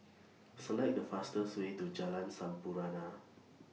Select The fastest Way to Jalan Sampurna